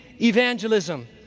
evangelism